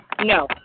No